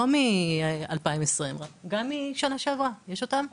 לא מ-2020, יש אותן?